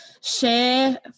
share